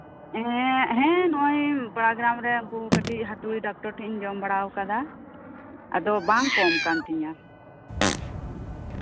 ᱦᱮᱸ ᱦᱮᱸ ᱱᱚᱣᱟᱜᱮ ᱯᱟᱲᱟᱜᱮᱨᱟᱢ ᱨᱮ ᱩᱱᱠᱩ ᱠᱟᱹᱴᱤᱡ ᱦᱟᱛᱩᱲᱤ ᱰᱟᱠᱛᱟᱨ ᱴᱷᱮᱱ ᱤᱧ ᱡᱚᱢ ᱵᱟᱲᱟ ᱠᱟᱫᱟ ᱟᱫᱚ ᱵᱟᱝ ᱠᱚᱢ ᱠᱟᱱ ᱛᱤᱧᱟ ᱦᱮᱸ